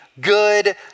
good